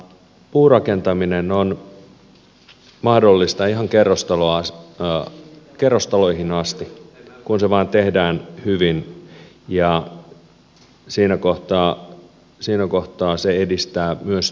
puurakentaminen on mahdollista ihan kerrostaloihin asti kun se vain tehdään hyvin ja siinä kohtaa se edistää myös työllisyyttä